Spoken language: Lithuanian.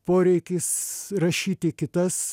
poreikis rašyti kitas